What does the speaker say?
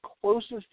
closest